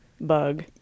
bug